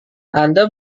anda